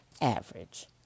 average